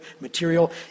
material